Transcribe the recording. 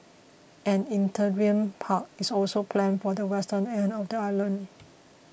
an interim park is also planned for the western end of the island